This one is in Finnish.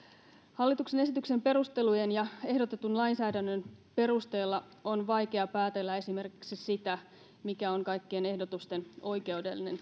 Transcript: hallituksen esityksen perustelujen ja ehdotetun lainsäädännön perusteella on vaikea päätellä esimerkiksi sitä mikä on kaikkien ehdotusten oikeudellinen